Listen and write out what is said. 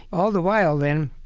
all the while then,